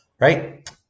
right